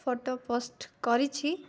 photo post କରିଛି